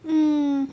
um